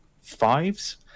fives